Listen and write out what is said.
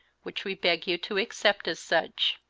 which we beg you to accept as such.